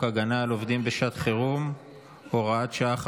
הגנה על עובדים בשעת חירום (תיקון מס' 5 והוראת שעה,